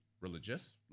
religious